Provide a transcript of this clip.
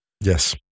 yes